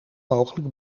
mogelijk